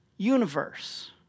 universe